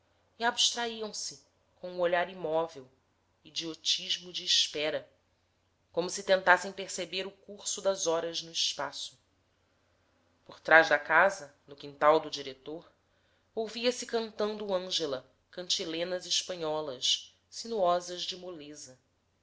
e abstraíam se com o olhar imóvel idiotismo de espera como se tentassem perceber o curso das horas no espaço por trás da casa no quintal do diretor ouvia-se cantando ângela cantilenas espanholas sinuosas de moleza